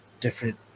different